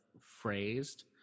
phrased